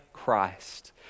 christ